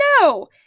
no